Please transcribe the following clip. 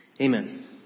Amen